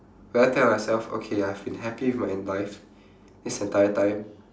will I tell myself okay I've been happy with my life this entire time